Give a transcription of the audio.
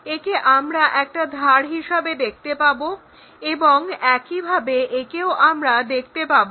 একে আমরা একটা ধার হিসাবে দেখতে পাবো এবং একইভাবে একেও আমরা দেখতে পাবো